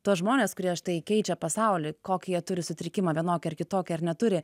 tuos žmones kurie štai keičia pasaulį kokį jie turi sutrikimą vienokį ar kitokį ar neturi